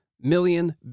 million